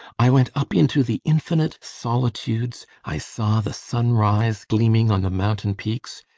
i went up into the infinite solitudes. i saw the sunrise gleaming on the mountain peaks.